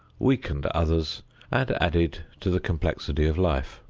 weakened others and added to the complexity of life.